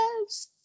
Yes